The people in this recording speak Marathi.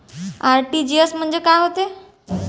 आर.टी.जी.एस म्हंजे काय होते?